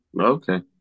Okay